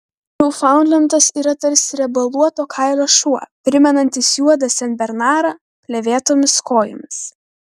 niūfaundlendas yra tarsi riebaluoto kailio šuo primenantis juodą senbernarą plėvėtomis kojomis